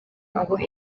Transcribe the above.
aho